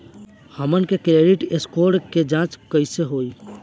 हमन के credit score के जांच कैसे होइ?